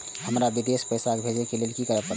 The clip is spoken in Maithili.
हमरा विदेश पैसा भेज के लेल की करे परते?